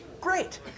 Great